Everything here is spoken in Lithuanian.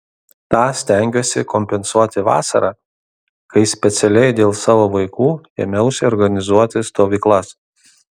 tą stengiuosi kompensuoti vasarą kai specialiai dėl savo vaikų ėmiausi organizuoti stovyklas